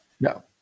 No